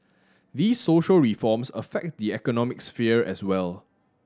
these social reforms affect the economic sphere as well